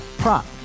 prop